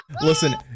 listen